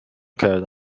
کرده